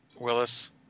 Willis